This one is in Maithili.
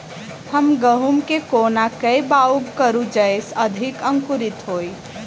हम गहूम केँ कोना कऽ बाउग करू जयस अधिक अंकुरित होइ?